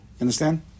Understand